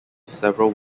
several